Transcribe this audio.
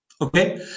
Okay